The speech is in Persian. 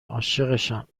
عاشقشم